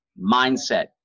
Mindset